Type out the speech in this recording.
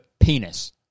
penis